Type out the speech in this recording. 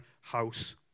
house